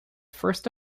first